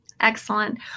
Excellent